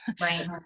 Right